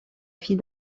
fille